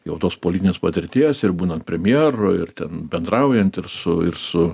jau tos politinės patirties ir būnant premjeru ir ten bendraujant ir su ir su